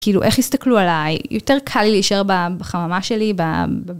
כאילו איך יסתכלו עליי, יותר קל לי להישאר בחממה שלי, ב...